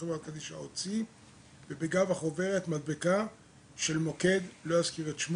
גפשטיין דיבר על זה ואני מאמין שהוא נתקע כי הוא מקפיד מאוד לבוא